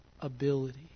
ability